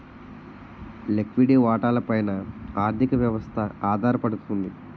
లిక్విడి వాటాల పైన ఆర్థిక వ్యవస్థ ఆధారపడుతుంది